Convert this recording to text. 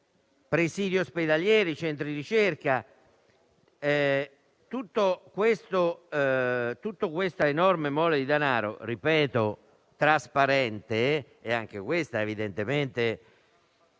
presidi ospedalieri e centri di ricerca. Questa enorme mole di danaro, ripeto, trasparente e anch'essa evidentemente